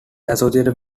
associated